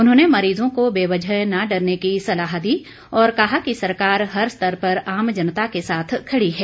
उन्होंने मरीजों को बेवजह न डरने की सलाह दी और कहा कि सरकार हर स्तर पर आम जनता के साथ खड़ी है